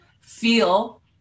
feel